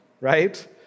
right